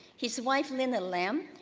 his wife, lyna lam,